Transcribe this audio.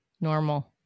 normal